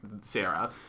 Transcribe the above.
Sarah